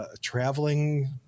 traveling